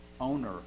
owner